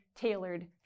tailored